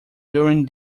during